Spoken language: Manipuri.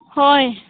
ꯍꯣꯏ